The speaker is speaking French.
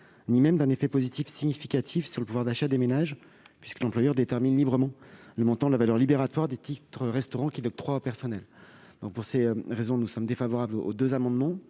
ni même un effet positif significatif sur le pouvoir d'achat des ménages. L'employeur détermine, en effet, librement le montant la valeur libératoire des titres-restaurants qu'il octroie au personnel. Pour ces raisons, nous sommes défavorables aux deux amendements.